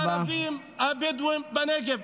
בקרב הערבים הבדואים בנגב.